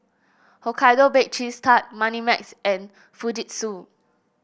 Hokkaido Baked Cheese Tart Moneymax and Fujitsu